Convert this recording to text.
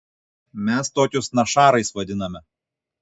mes tokius našarais vadiname